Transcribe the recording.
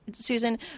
Susan